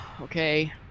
okay